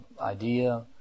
idea